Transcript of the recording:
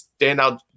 standout